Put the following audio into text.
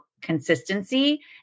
consistency